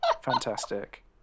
Fantastic